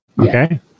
Okay